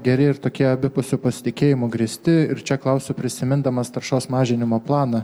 geri ir tokie abipusiu pasitikėjimu grįsti ir čia klausiu prisimindamas taršos mažinimo planą